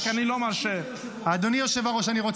אני רוצה